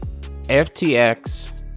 FTX